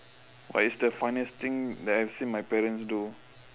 what is the funniest thing that I have seen my parent do